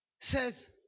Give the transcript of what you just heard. says